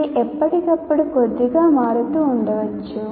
ఇది ఎప్పటికప్పుడు కొద్దిగా మారుతూ ఉండవచ్చు